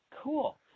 Cool